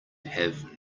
have